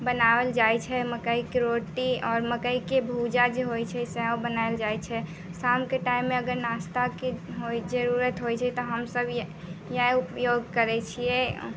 बनाएल जाइ छै मकइके रोटी आओर मकइके भूजा जे होइ छै सब बनाएल जाइ छै शामके टाइममे अगर नास्ताके होइ जरूरत होइ छै तऽ हमसब इएह इएह उपयोग करै छिए